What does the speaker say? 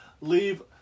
leave